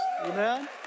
amen